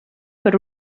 per